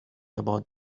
about